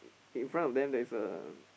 in front of them there is a